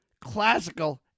classical